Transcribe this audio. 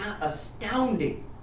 astounding